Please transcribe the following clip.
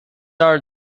are